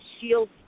shield